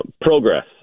Progress